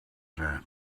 that